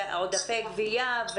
עודפי גבייה,